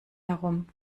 herum